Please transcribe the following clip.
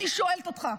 אני שואלת אותך,